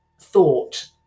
thought